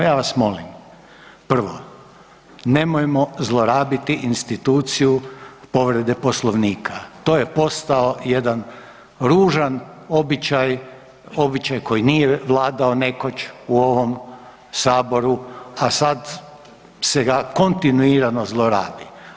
Ja vas molim, prvo nemojmo zlorabiti instituciju povrede Poslovnika, to je postao jedan ružan običaj, običaj koji nije vladao nekoć u ovom saboru, a sad se ga kontinuirano zlorabi.